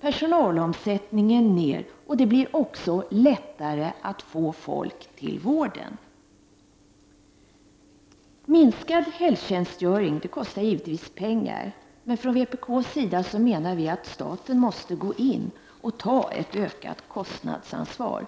personalomsättningen minskar och det blir lättare att få folk till vården. Minskad helgtjänstgöring kostar givetvis pengar. Men vi från vpk menar att staten måste gå in och ta ett ökat kostnadsansvar.